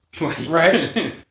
Right